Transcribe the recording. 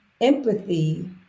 empathy